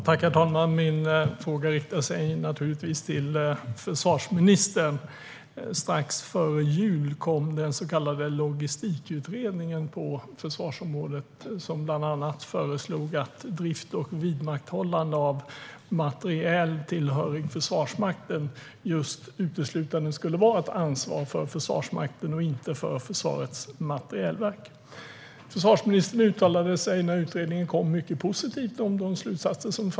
Herr talman! Min fråga riktar sig naturligtvis till försvarsministern. Strax före jul kom den så kallade logistikutredningen på försvarsområdet, som bland annat föreslog att drift och vidmakthållande av materiel tillhörig Försvarsmakten uteslutande skulle vara ett ansvar för Försvarsmakten och inte för Försvarets materielverk. Försvarsministern uttalade sig mycket positivt när utredningen kom om dess slutsatser.